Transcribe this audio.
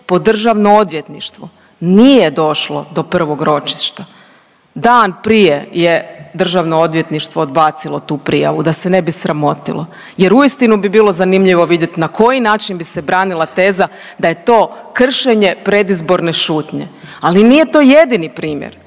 po DORH nije došlo do prvog ročišta. Dan prije je DORH odbacilo tu prijavu da se ne bi sramotilo jer uistinu bi bilo zanimljivo vidjeti na koji način bi se branila teza da je to kršenje predizborne šutnje, ali nije to jedini primjer,